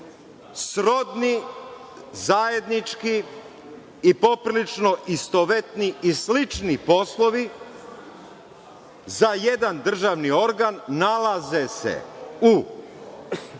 srodni, zajednički i poprilično istovetni i slični poslovi za jedan državni organ nalaze se u